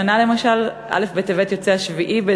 השנה למשל, א' בטבת יוצא 7 בדצמבר.